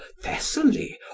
thessaly